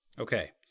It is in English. Okay